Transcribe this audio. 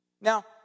Now